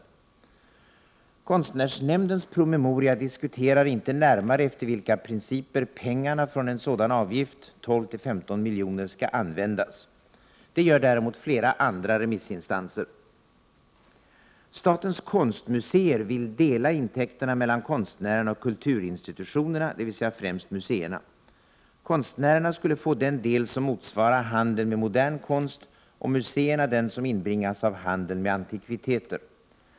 I konstnärsnämndens promemoria diskuteras inte närmare efter vilka principer pengarna från en sådan avgift — 12—15 miljoner — skall användas. Det gör däremot flera andra remissinstanser. Statens konstmuseer vill dela intäkterna mellan konstnärerna och kulturinstitutionerna, dvs. främst museerna. Konstnärerna skulle få den del som motsvarar handeln med modern konst och museerna den som inbringas av handeln med antikviteter.